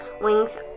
wings